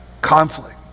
conflict